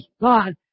God